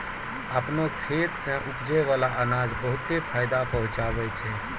आपनो खेत सें उपजै बाला अनाज बहुते फायदा पहुँचावै छै